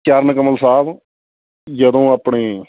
ਚਰਨ ਕਮਲ ਸਾਹਿਬ ਜਦੋਂ ਆਪਣੇ